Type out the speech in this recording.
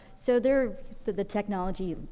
so they're the, the technology, ah,